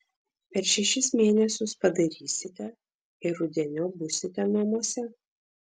per šešis mėnesius padarysite ir rudeniop būsite namuose